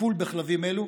וטיפול בכלבים אלו.